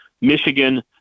Michigan